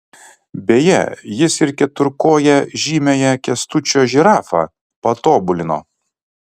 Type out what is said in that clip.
beje jis ir keturkoję žymiąją kęstučio žirafą patobulino